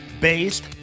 Based